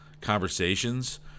conversations